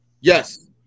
Yes